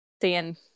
seeing